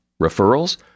Referrals